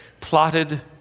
plotted